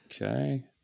Okay